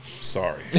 Sorry